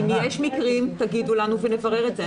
אם יש מקרים תגידו לנו ונברר את זה.